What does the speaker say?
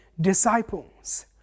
disciples